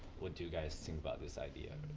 what do guys think about this idea?